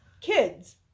Kids